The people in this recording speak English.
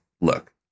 Look